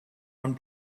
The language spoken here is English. one